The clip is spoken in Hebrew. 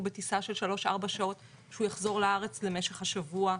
בטיסה של שלוש-ארבע שעות שהוא יחזור לארץ למשך השבוע,